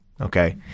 Okay